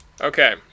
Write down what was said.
Okay